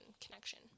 connection